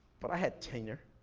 but i had tenure.